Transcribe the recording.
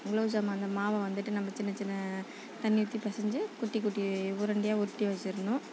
குலோப் ஜாம் அந்த மாவை வந்துட்டு நம்ம சின்ன சின்ன தண்ணி ஊற்றி பிசஞ்சி குட்டி குட்டி உருண்டையாக உருட்டி வச்சிடணும்